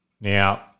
Now